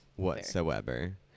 whatsoever